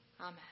Amen